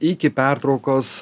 iki pertraukos